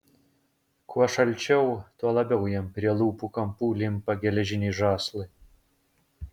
kuo šalčiau tuo labiau jam prie lūpų kampų limpa geležiniai žąslai